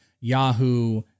Yahoo